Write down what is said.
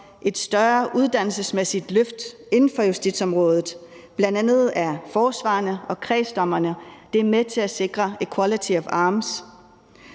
et større uddannelsesmæssigt løft inden for justitsområdet, bl.a. af forsvarerne og kredsdommerne. Det er med til at sikre equality of arms.